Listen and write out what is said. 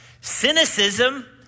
Cynicism